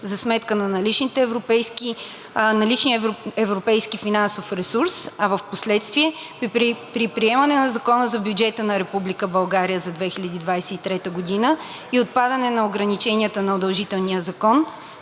за сметка на наличния европейски финансов ресурс, а впоследствие при приемане на Закона за бюджета на Република България за 2023 г. и отпадане на ограниченията на удължителния закон